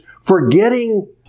forgetting